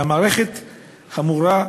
והמערכת אמורה,